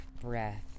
breath